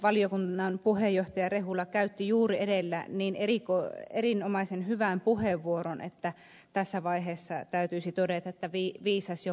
valiokunnan puheenjohtaja rehula käytti juuri edellä niin erinomaisen hyvän puheenvuoron että tässä vaiheessa täytyisi todeta että viisas jo vaikenisi